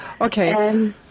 Okay